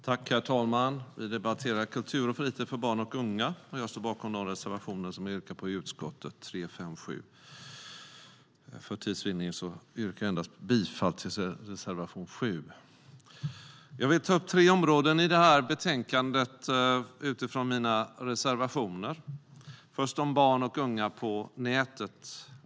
Herr talman! Vi debatterar kultur och fritid för barn och unga. Jag står bakom de reservationer som jag har yrkat bifall till i utskottet - 3, 5 och 7 - men för tids vinnande yrkar jag endast bifall till reservation 7. Jag vill ta upp tre områden i betänkandet utifrån mina reservationer. Det första är barn och unga på nätet.